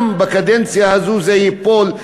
גם בקדנציה הזו זה ייפול,